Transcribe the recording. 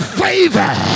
favor